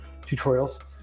tutorials